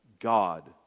God